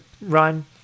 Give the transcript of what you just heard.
run